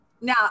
now